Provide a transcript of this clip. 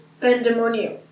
pandemonium